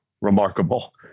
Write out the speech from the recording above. remarkable